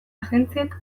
agentziek